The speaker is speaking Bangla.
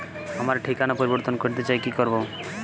আমার ঠিকানা পরিবর্তন করতে চাই কী করব?